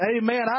amen